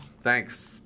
Thanks